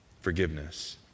forgiveness